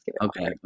okay